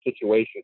situation